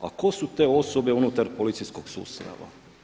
A tko su te osobe unutar policijskog sustava?